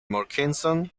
murchison